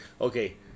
okay